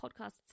podcast's